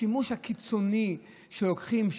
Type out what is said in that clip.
השימוש הקיצוני שלוקחים,